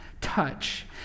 touch